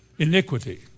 Iniquity